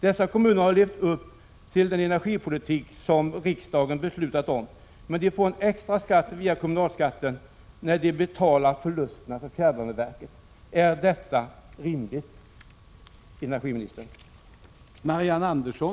Dessa kommuner har levt upp till den energipolitik som riksdagen har beslutat om, men de får en extra skatt genom kommunalskatten när de betalar förlusterna i fjärrvärmeverket. Är detta rimligt, energiministern?